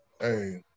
Hey